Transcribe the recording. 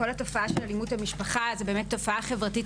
התופעה של אלימות במשפחה זו תופעה חברתית